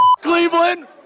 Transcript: Cleveland